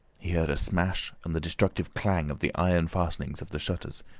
he heard a smash and the destructive clang of the iron fastenings of the shutters.